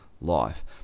life